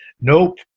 Nope